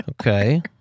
Okay